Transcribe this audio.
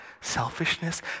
selfishness